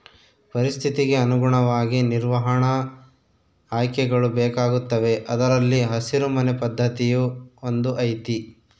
ಪರಿಸ್ಥಿತಿಗೆ ಅನುಗುಣವಾಗಿ ನಿರ್ವಹಣಾ ಆಯ್ಕೆಗಳು ಬೇಕಾಗುತ್ತವೆ ಅದರಲ್ಲಿ ಹಸಿರು ಮನೆ ಪದ್ಧತಿಯೂ ಒಂದು ಐತಿ